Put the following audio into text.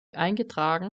eingetragen